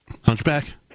Hunchback